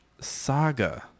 saga